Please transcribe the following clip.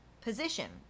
position